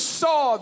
saw